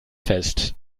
fest